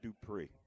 Dupree